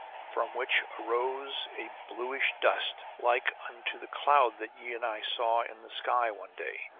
from which arose a bluish dust, like unto the cloud that ye and i saw in the sky one day.